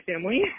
family